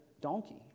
donkey